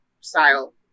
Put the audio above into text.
style